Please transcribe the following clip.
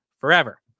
forever